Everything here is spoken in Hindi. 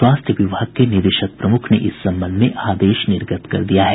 स्वास्थ्य विभाग के निदेशक प्रमुख ने इस संबंध में आदेश निर्गत कर दिया है